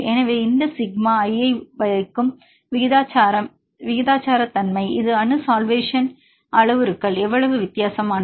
எனவே இது இந்த சிக்மா I ஐ வைக்கும் விகிதாசாரத்தன்மை இது அணு சல்வேஷன் அளவுருக்கள் எவ்வளவு வித்தியாசமானது